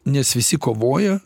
nes visi kovoja